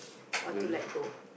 how to let go